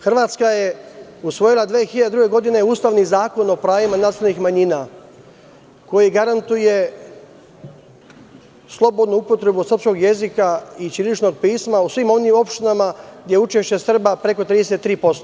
Hrvatska je usvojila 2002. godine Ustavni zakon o pravima nacionalnih manjina, koji garantuje slobodnu upotrebu srpskog jezika i ćiriličnog pisma u svim onim opštinama gde je učešće Srba preko 33%